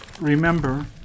Remember